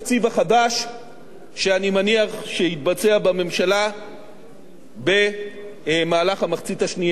שאני מניח שיתבצע בממשלה במהלך המחצית השנייה של חודש אוגוסט.